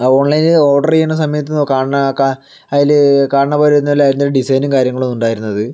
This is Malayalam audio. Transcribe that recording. ഓൺലൈനിൽ ഓർഡർ ചെയ്യണ സമയത്ത് കാണണതൊക്കെ അതിൽ കാണണ പോലെയൊന്നുമല്ല അതിൻ്റെ ഡിസൈനും കാര്യങ്ങളുമുണ്ടായിരുന്നത്